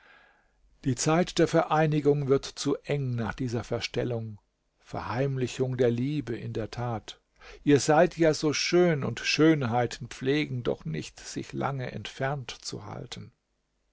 die zeit der vereinigung wird zu eng nach dieser verstellung verheimlichung der liebe in der tat ihr seid ja so schön und schönheiten pflegen doch nicht sich lange entfernt zu halten